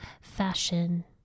fashion